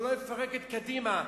שלא יפרק את קדימה.